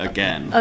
Again